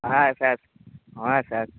ଆସ ଆସ ହଁ ଆସ ଆସ